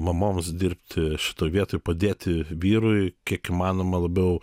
mamoms dirbti šitoj vietoj padėti vyrui kiek įmanoma labiau